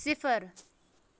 صِفر